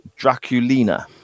Draculina